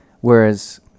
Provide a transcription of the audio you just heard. whereas